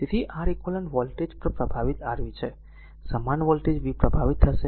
તેથી r eq voltage પર પ્રભાવિત r v છે સમાન વોલ્ટેજ v પ્રભાવિત થશે